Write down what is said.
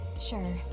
sure